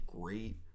great